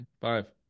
Five